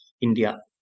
India